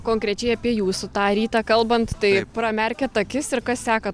konkrečiai apie jūsų tą rytą kalbant tai pramerkiat akis ir kas seka